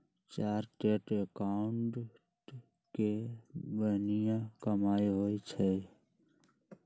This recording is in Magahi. चार्टेड एकाउंटेंट के बनिहा कमाई होई छई